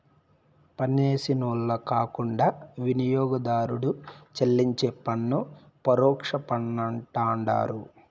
పన్నేసినోళ్లు కాకుండా వినియోగదారుడు చెల్లించే పన్ను పరోక్ష పన్నంటండారు